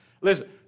Listen